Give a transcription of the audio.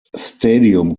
stadium